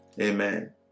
Amen